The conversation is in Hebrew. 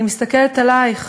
אני מסתכלת עלייך,